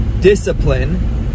discipline